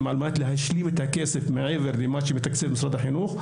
על מנת להשלים את הכסף מעבר למה שמתקצב משרד החינוך.